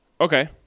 Okay